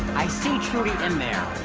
i see trudy in there.